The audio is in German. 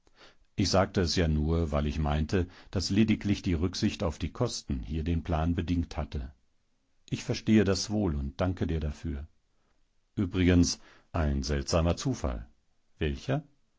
ich sagte es ja nur weil ich meinte daß lediglich die rücksicht auf die rosten hier den plan bedingt hatte ich verstehe das wohl und danke dir dafür übrigens ein seltsamer zufall welcher